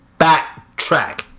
backtrack